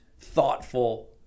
thoughtful